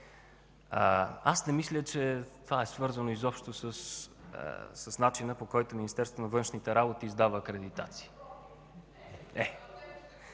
Аз не мисля, че това е свързано изобщо с начина, по който Министерството на външните работи издава акредитация.